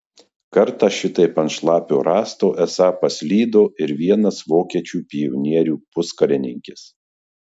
kartą šitaip ant šlapio rąsto esą paslydo ir vienas vokiečių pionierių puskarininkis